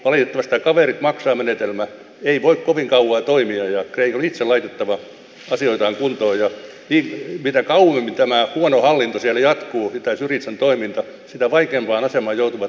valituista kaverit maksaa menetelmä ei voi kovin kauan toimia ja rehn itse laitettava asioitaan kuntoon ja ii mitä kauniimmin tämän huono hallintotyö jatkuu pitäisi visan toiminta sitä vaikenevan asema joutuvat